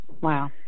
wow